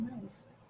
nice